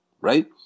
right